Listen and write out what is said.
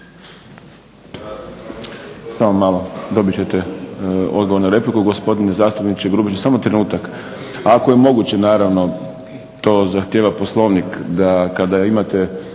Samo malo, dobit ćete odgovor na repliku gospodine zastupniče Grubišić. Samo trenutak, ako je moguće naravno. To zahtijeva Poslovnik da kada imate